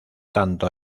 tanto